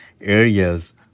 areas